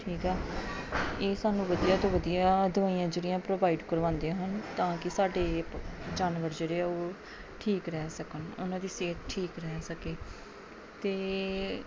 ਠੀਕ ਆ ਇਹ ਸਾਨੂੰ ਵਧੀਆ ਤੋਂ ਵਧੀਆ ਦਵਾਈਆਂ ਜਿਹੜੀਆਂ ਪ੍ਰੋਵਾਈਡ ਕਰਵਾਉਂਦੀਆਂ ਹਨ ਤਾਂ ਕਿ ਸਾਡੇ ਇਹ ਜਾਨਵਰ ਜਿਹੜੇ ਉਹ ਠੀਕ ਰਹਿ ਸਕਣ ਉਹਨਾਂ ਦੀ ਸਿਹਤ ਠੀਕ ਰਹਿ ਸਕੇ ਅਤੇ